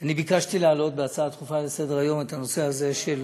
אני ביקשתי להעלות בהצעה דחופה לסדר-היום את הנושא הזה של,